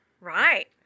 Right